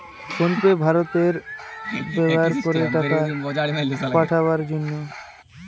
phone pay ভারতে ব্যাভার করে টাকা পাঠাবার জন্যে